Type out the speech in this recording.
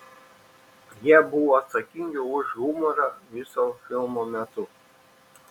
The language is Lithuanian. jie buvo atsakingi už humorą viso filmo metu